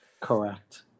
Correct